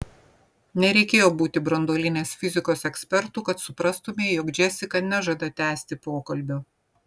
nereikėjo būti branduolinės fizikos ekspertu kad suprastumei jog džesika nežada tęsti pokalbio